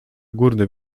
górny